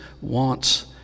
wants